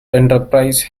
enterprise